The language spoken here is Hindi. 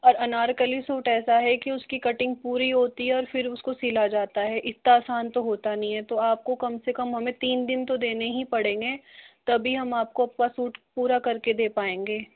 और अनारकली सूट ऐसा है कि उसकी कटिंग पूरी होती है और फ़िर उसको सिला जाता है इतना आसान तो होता नहीं है तो आपके कम से कम हमें तीन दिन तो देने ही पड़ेंगे तब ही हम आपको आपका सूट पूरा करके दे पाएंगे